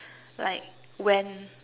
like when